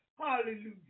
Hallelujah